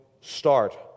start